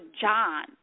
John